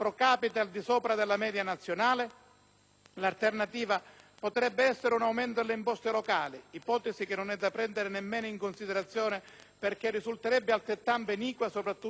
L'alternativa potrebbe essere un aumento delle imposte locali, ipotesi che non è da prendere nemmeno in considerazione, perché risulterebbe altrettanto iniqua, soprattutto per le Regioni più deboli.